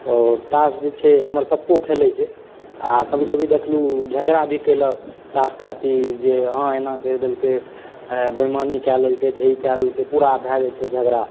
आओर तास जे छै हमर पपो खेलै छै आ कभी कभी देखलहुॅं झगड़ा भी केलक तास खातिर जे हॅं एना करि देलकै बेइमानी कए लेलकै तऽ हे ई कए लेलकै पूरा भए जाइ छै झगड़ा